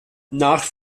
nach